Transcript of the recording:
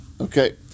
Okay